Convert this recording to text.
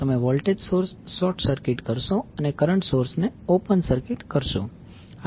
તમે voltage source short circuit કરશો અને કરંટ સોર્સને ઓપન સર્કિટ કરશો